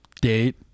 date